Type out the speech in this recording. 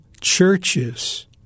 churches